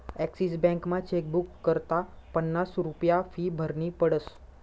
Axis बॅकमा chequebook करता पन्नास रुप्या फी भरनी पडस